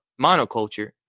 monoculture